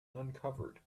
uncovered